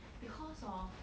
because hor